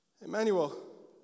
Emmanuel